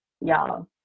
y'all